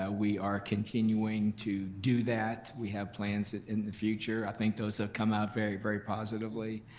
ah we are continuing to do that, we have plans in the future. i think those have come out very, very positively.